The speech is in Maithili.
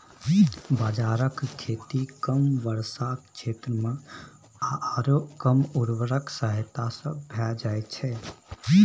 बाजराक खेती कम वर्षाक क्षेत्रमे आओर कम उर्वरकक सहायता सँ भए जाइत छै